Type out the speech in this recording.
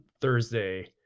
Thursday